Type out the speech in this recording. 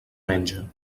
menge